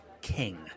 king